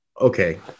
Okay